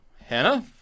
Hannah